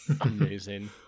Amazing